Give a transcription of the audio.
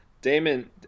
Damon